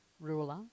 ruler